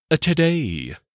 today